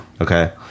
Okay